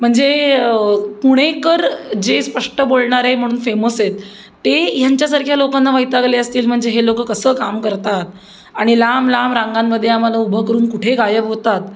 म्हणजे पुणेकर जे स्पष्ट बोलणारे म्हणून फेमस आहेत ते ह्यांच्यासारख्या लोकांना वैतागले असतील म्हणजे हे लोकं कसं काम करतात आणि लांब लांब रांगांमध्ये आम्हाला उभं करून कुठे गायब होतात